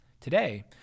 Today